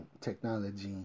technology